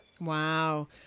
Wow